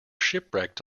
shipwrecked